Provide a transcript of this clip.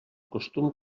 costum